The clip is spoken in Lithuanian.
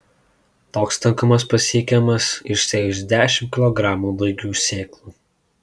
toks tankumas pasiekiamas išsėjus dešimt kilogramų daigių sėklų